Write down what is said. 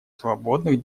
свободных